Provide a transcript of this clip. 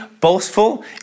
boastful